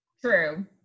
true